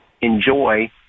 enjoy